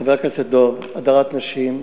חבר הכנסת דב, הדרת נשים,